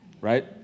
Right